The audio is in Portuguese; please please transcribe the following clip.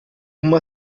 uma